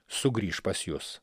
sugrįš pas jus